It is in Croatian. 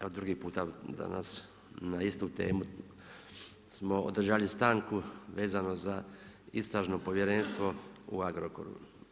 Evo drugi puta danas, na istu temu smo održali stanku vezano za istražno povjerenstvo u Agrokoru.